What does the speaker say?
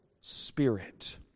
spirit